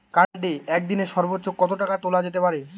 কার্ডে একদিনে সর্বোচ্চ কত টাকা তোলা যেতে পারে?